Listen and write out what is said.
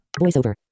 voiceover